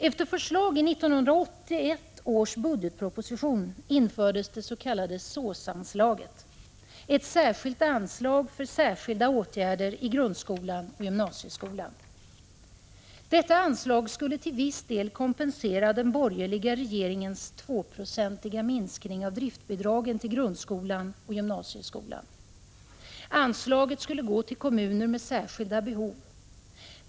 Efter förslag i 1981 års budgetproposition infördes det s.k. SÅS-anslaget, ett anslag för särskilda åtgärder i grundskolan och gymnasieskolan. Detta anslag skulle till viss del kompensera den borgerliga regeringens tvåprocentiga minskning av driftbidragen till grundskolan och gymnasieskolan. Anslaget skulle gå till kommuner med särskilda behov.